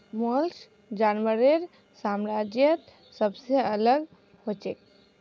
mollusc जानवरेर साम्राज्यत सबसे अलग हछेक